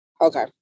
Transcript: Okay